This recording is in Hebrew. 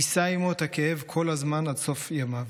יישא עימו את הכאב כל הזמן עד סוף ימיו.